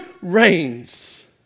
reigns